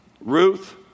Ruth